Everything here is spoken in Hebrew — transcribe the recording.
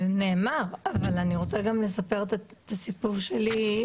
נאמר, אבל אני רוצה גם לספר את הסיפור שלי.